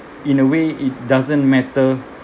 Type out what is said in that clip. in a way it doesn't matter